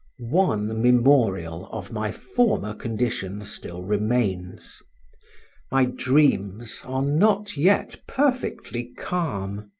one memorial of my former condition still remains my dreams are not yet perfectly calm